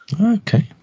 Okay